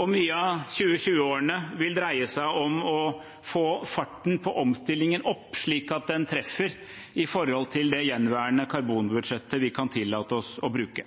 og mye av 2020-årene vil dreie seg om å få farten på omstillingen opp slik at den treffer i forhold til det gjenværende karbonbudsjettet vi kan tillate oss å bruke.